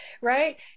right